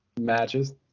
matches